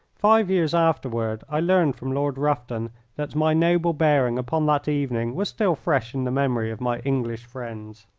five years afterward i learned from lord rufton that my noble bearing upon that evening was still fresh in the memory of my english friends.